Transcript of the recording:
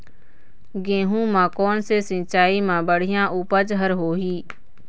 गेहूं म कोन से सिचाई म बड़िया उपज हर होही?